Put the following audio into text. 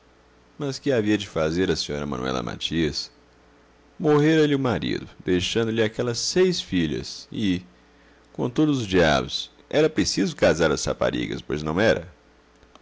mas que havia de fazer a sra manuela matias morrera lhe o marido deixando-lhe aquelas seis filhas e com todos os diabos era preciso casar as raparigas pois não era